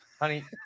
Honey